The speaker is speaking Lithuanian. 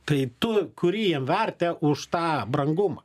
tai tu kuri jiem vertę už tą brangumą